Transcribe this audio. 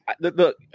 look